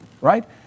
right